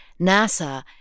NASA